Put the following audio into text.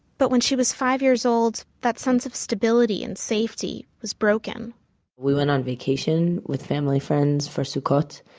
but when she was five years old, that sense of stability and safety was broken we went on vacation with family friends for sukkot,